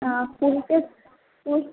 ফুলকপি ফুল